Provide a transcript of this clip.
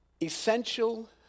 Essential